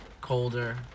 colder